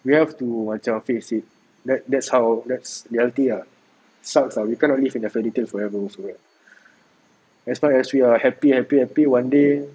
you have to macam face it that's that's how reality lah sucks ah we cannot live in a fairy tale forever also as long as we are happy happy happy one day